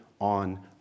on